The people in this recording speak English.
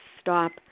stop